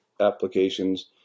applications